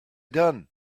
done